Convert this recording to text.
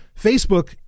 Facebook